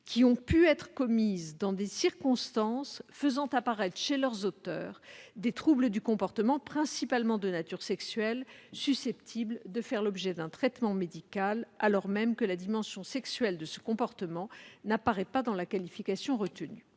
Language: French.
qui ont pu être commises dans des circonstances faisant apparaître chez leur auteur des troubles du comportement, principalement de nature sexuelle, susceptibles de faire l'objet d'un traitement médical, alors même que la dimension sexuelle de ce comportement n'apparaît pas dans la qualification juridique